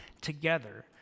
together